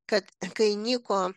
kad kai nyko